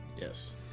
yes